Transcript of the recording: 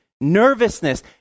nervousness